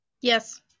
Yes